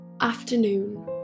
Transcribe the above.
Afternoon